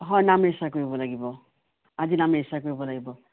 হয় নাম ৰেজিষ্টাৰ কৰিব লাগিব আজি নাম ৰেজিষ্টাৰ কৰিব লাগিব